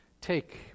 take